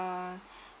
ah